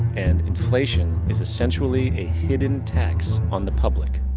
and inflation is essentially a hidden tax on the public.